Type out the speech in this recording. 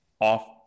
off